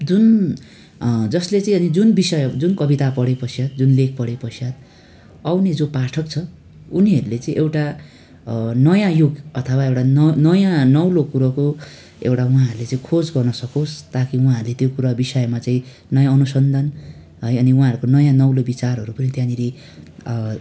जुन जसले चाहिँ अनि जुन विषय जुन कविता पढेपश्चात् जुन लेख पढेपश्चात् आउने जो पाठक छ उनीहरूले चाहिँ एउटा नयाँ युग अथवा एउटा नयाँ नौलो कुरोको एउटा उहाँहरूले चाहिँ खोज गर्न सकोस् ताकि उहाँहरूले त्यो कुरा विषयमा चाहिँ नयाँ अनुसन्धान है अनि उहाँहरूको नयाँ नौलो विचारहरू पनि त्यहाँनिर